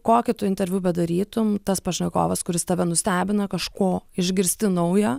kokią tų interviu bedarytum tas pašnekovas kuris tave nustebino kažko išgirsti naują